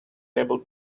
able